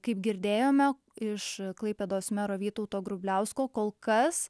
kaip girdėjome iš klaipėdos mero vytauto grubliausko kol kas